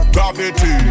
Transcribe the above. Gravity